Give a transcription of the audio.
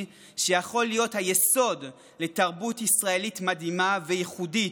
שיכול להיות היסוד לתרבות ישראלית מדהימה וייחודית,